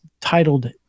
titled